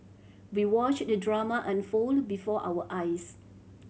we watched the drama unfold before our eyes